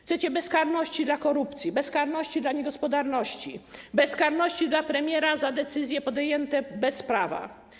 Chcecie bezkarności dla korupcji, bezkarności dla niegospodarności, bezkarności dla premiera za decyzje podjęte bez prawa.